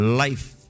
life